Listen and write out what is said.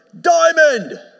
diamond